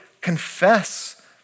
confess